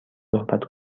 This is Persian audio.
صحبت